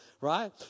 right